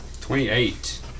Twenty-eight